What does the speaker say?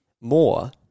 more